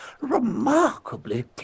remarkably